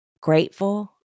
grateful